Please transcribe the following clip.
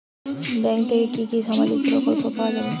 Bank থেকে কি কি সামাজিক প্রকল্প পাওয়া যাবে?